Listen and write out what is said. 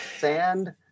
Sand